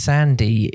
Sandy